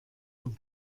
con